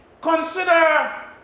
Consider